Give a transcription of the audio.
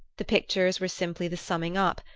the pictures were simply the summing up,